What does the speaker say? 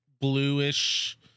bluish